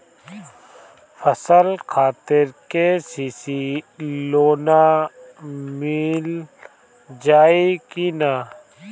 फसल खातिर के.सी.सी लोना मील जाई किना?